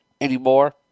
anymore